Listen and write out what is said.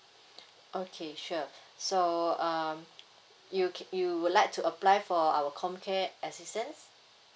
okay sure so um you you would like to apply for our comcare okay assistance